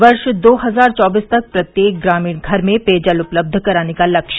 वर्ष दो हजार चौबीस तक प्रत्येक ग्रामीण घर में पेयजल उपलब्ध कराने का लक्ष्य